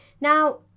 Now